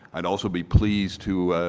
i would also be pleased to